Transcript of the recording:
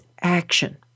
action